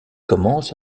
commence